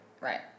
Right